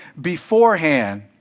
beforehand